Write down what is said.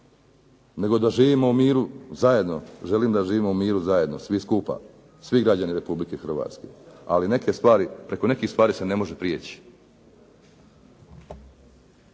nego da živimo u miru zajedno, želim da živimo u miru zajedno svi skupa, svi građani Republike Hrvatske. Ali neke stvari, preko nekih stvari se ne može prijeći.